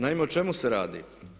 Naime, o čemu se radi?